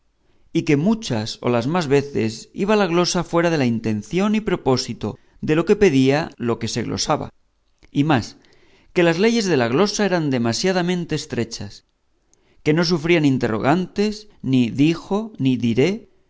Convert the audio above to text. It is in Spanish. y que muchas o las más veces iba la glosa fuera de la intención y propósito de lo que pedía lo que se glosaba y más que las leyes de la glosa eran demasiadamente estrechas que no sufrían interrogantes ni dijo ni diré